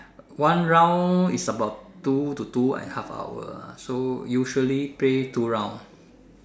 one round is about two to two and a half hours so usually play two rounds